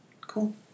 Cool